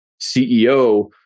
CEO